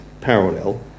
parallel